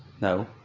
No